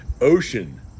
Ocean